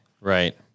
Right